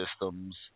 systems